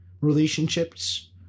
relationships